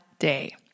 day